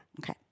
Okay